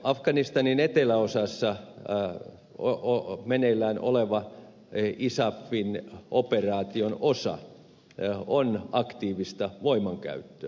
afganistanin eteläosassa meneillään oleva isafin operaation osa on aktiivista voimankäyttöä